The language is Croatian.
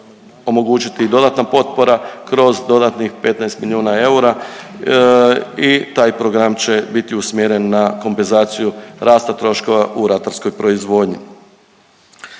omogućiti dodatna potpora kroz dodatnih 15 milijuna eura i taj program će biti usmjeren na kompenzaciju rasta troškova u ratarskoj proizvodnji.